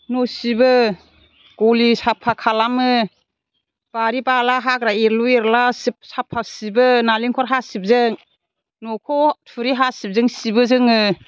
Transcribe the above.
न' सिबो गलि साफा खालामो बारि बाला हाग्रा एरलु एरला साफा सिबो नारेंखल हासिबजों न'खौ थुरि हासिबजों सिबो जोङो